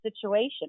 situation